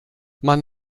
man